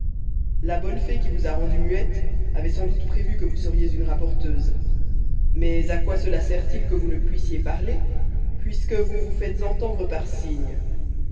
la bonne fée qui vous a rendue muette avait sans doute prévu que vous seriez une rapporteuse mais à quoi cela sert-il que vous ne puissiez parler puisque vous vous faites entendre par signes